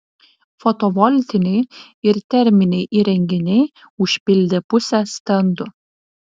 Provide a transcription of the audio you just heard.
fotovoltiniai ir terminiai įrenginiai užpildė pusę stendų